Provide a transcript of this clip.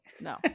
no